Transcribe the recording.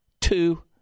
two